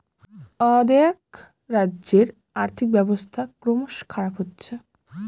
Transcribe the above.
অ্দেআক রাজ্যের আর্থিক ব্যবস্থা ক্রমস খারাপ হচ্ছে